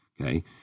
Okay